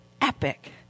epic